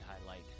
Highlight